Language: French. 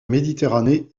méditerranée